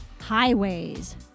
highways